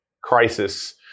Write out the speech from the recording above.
crisis